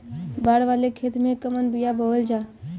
बाड़ वाले खेते मे कवन बिया बोआल जा?